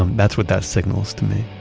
um that's what that signals to me.